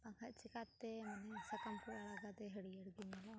ᱵᱟᱠᱷᱟᱡ ᱪᱮᱠᱟᱛᱮ ᱱᱤᱢ ᱥᱟᱠᱟᱢ ᱠᱚ ᱟᱲᱜᱟᱛᱮ ᱦᱟᱹᱨᱭᱟᱹᱲ ᱜᱮ ᱧᱮᱞᱚᱜᱼᱟ